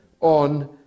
on